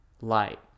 light